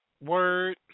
word